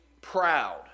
proud